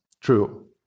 True